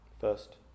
first